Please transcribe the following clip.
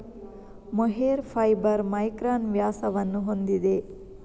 mohair fibre micron ವ್ಯಾಸವನ್ನು ಹೊಂದಿದೆ